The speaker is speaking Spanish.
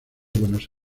buenos